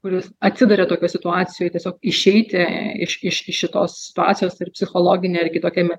kuris atsiduria tokioj situacijoj tiesiog išeiti iš iš iš šitos situacijos ar psichologinė ar kitokia